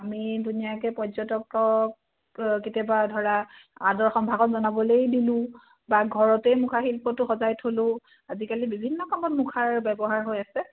আমি ধুনীয়াকৈ পৰ্যটকক কেতিয়াবা ধৰা আদৰ সম্ভাষণ জনাবলেই দিলোঁ বা ঘৰতেই মুখা শিল্পটো সজাই থ'লোঁ আজিকালি বিভিন্ন কামত মুখাৰ ব্যৱহাৰ হৈ আছে